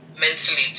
mentally